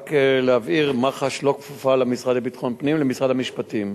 רק להבהיר: מח"ש לא כפופה למשרד לביטחון פנים אלא למשרד המשפטים.